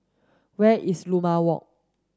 where is Limau Walk